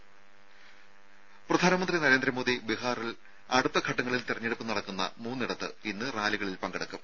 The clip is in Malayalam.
രുര പ്രധാനമന്ത്രി നരേന്ദ്രമോദി ബീഹാറിൽ അടുത്ത ഘട്ടങ്ങളിൽ തെരഞ്ഞെടുപ്പ് നടക്കുന്ന മൂന്നിടങ്ങളിൽ ഇന്ന് റാലികളിൽ പങ്കെടുക്കും